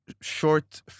Short